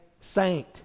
saint